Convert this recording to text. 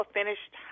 finished